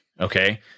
okay